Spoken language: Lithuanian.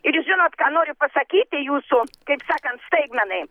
ir žinot ką noriu pasakyti jūsų kaip sakant staigmenai